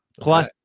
plus